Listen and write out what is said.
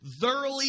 thoroughly